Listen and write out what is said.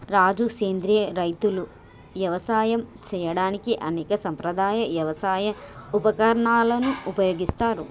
రాజు సెంద్రియ రైతులు యవసాయం సేయడానికి అనేక సాంప్రదాయ యవసాయ ఉపకరణాలను ఉపయోగిస్తారు